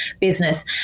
business